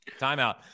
Timeout